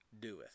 doeth